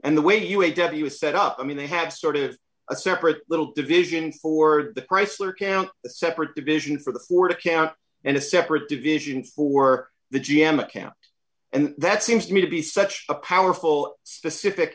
and the way you a debbie was set up i mean they have sort of a separate little division for the chrysler can't separate division for the quarter can't and a separate division for the g m account and that seems to me to be such a powerful specific